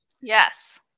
Yes